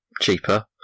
cheaper